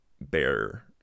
bear